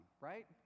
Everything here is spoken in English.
right